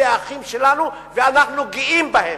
אלה האחים שלנו, ואנחנו גאים בהם.